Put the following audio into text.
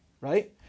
right